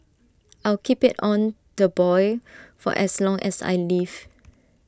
I'll keep IT on the boil for as long as I live